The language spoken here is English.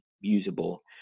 usable